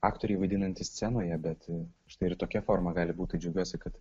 aktoriai vaidinantys scenoje bet štai ir tokia forma gali būti džiaugiuosi kad